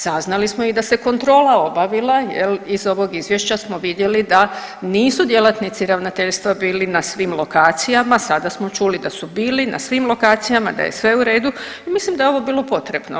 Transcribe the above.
Saznali smo da se i kontrola obavila iz ovog izvješća smo vidjeli da nisu djelatnici ravnateljstva bili na svim lokacijama, sada smo čuli da su bili na svim lokacijama da je sve u redu i mislim da je ovo bilo potrebno.